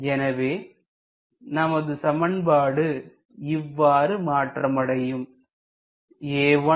எனவே நமது சமன்பாடு இவ்வாறு மாற்றமடையும் A1V1A2V2